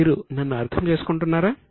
మీరు నన్ను అర్థం చేసుకుంటున్నారా